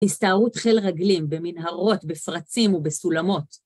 הסתערות חל רגלים, במנהרות, בפרצים ובסולמות.